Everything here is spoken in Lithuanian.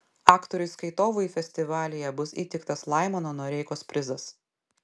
aktoriui skaitovui festivalyje bus įteiktas laimono noreikos prizas